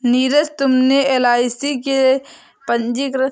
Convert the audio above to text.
नीरज तुमने एल.आई.सी के पंजीकृत शेयर खरीदे हैं क्या?